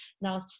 now